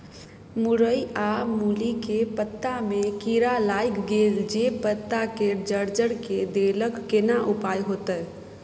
मूरई आ मूली के पत्ता में कीरा लाईग गेल जे पत्ता के जर्जर के देलक केना उपाय होतय?